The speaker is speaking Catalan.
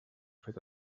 fet